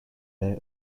bij